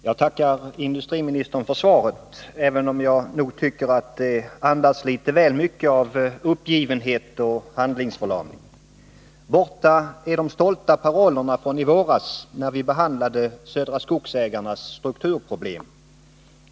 Herr talman! Jag tackar industriministern för svaret, även om jag tycker att det andas litet väl mycket av uppgivenhet och handlingsförlamning. Borta är de stolta parollerna från i våras, när vi behandlade Södra Skogsägarnas strukturproblem.